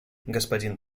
господин